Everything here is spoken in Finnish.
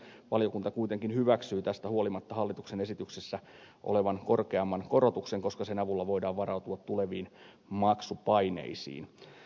valiokunta kuitenkin hyväksyy tästä huolimatta hallituksen esityksessä olevan korkeamman korotuksen koska sen avulla voidaan varautua tuleviin maksupaineisiin